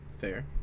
Fair